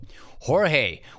Jorge